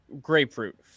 Grapefruit